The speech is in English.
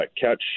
catch